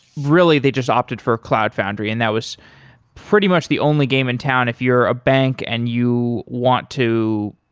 really, they just opted for cloud foundry, and that was pretty much the only game in town. if you're a bank and you want to